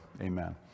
Amen